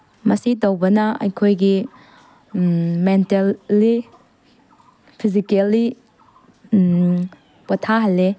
ꯃꯁꯤ ꯇꯧꯕꯅ ꯑꯩꯈꯣꯏꯒꯤ ꯃꯦꯟꯇꯦꯟꯂꯤ ꯐꯤꯖꯤꯀꯦꯜꯂꯤ ꯄꯣꯊꯥꯍꯜꯂꯦ